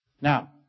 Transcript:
Now